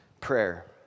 prayer